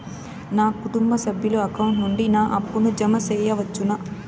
నా కుటుంబ సభ్యుల అకౌంట్ నుండి నా అప్పును జామ సెయవచ్చునా?